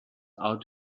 out